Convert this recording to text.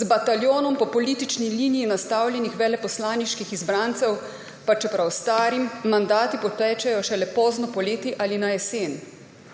z bataljonom po politični liniji nastavljenih veleposlaniških izbrancev, pa čeprav stari mandati potečejo šele pozno poleti ali na jesen.